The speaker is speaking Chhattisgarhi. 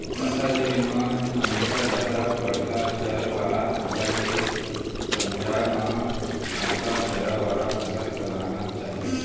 फसल ले म हमेसा जादा बड़का जर वाला फसल के संघरा म ननका जर वाला फसल लगाना चाही